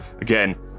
again